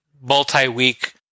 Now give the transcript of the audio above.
multi-week